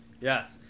Yes